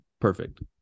Perfect